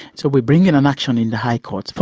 so we're bringing an action in the high court,